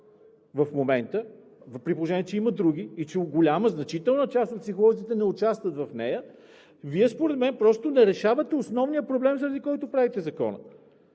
при положение че има други и че голяма, значителна част от психолозите не участват в нея, Вие според мен просто не решавате основния проблем, заради който правите Закона.